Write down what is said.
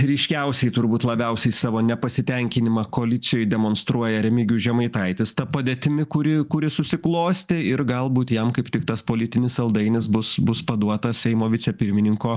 ryškiausiai turbūt labiausiai savo nepasitenkinimą koalicijoj demonstruoja remigijus žemaitaitis ta padėtimi kuri kuri susiklostė ir galbūt jam kaip tik tas politinis saldainis bus bus paduotas seimo vicepirmininko